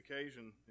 occasion